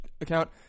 account